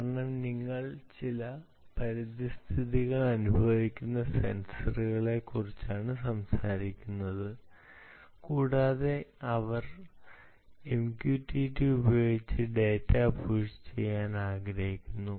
കാരണം നിങ്ങൾ ചില പരിതസ്ഥിതികൾ അനുഭവിക്കുന്ന സെൻസറുകളെക്കുറിച്ചാണ് സംസാരിക്കുന്നത് കൂടാതെ അവർ MQTT ഉപയോഗിച്ച് ഡാറ്റ പുഷ് ചെയ്യാൻ ആഗ്രഹിക്കുന്നു